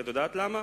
את יודעת למה?